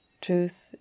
truth